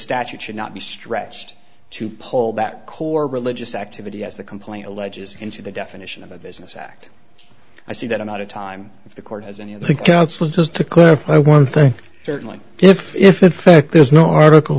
statute should not be stretched to pull that core religious activity as the complaint alleges into the definition of a business act i see that i'm out of time if the court has any i think counsel just to clarify one thing certainly if if in fact there is no article